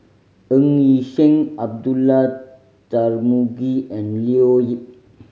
Ng Yi Sheng Abdullah Tarmugi and Leo Yip